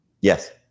Yes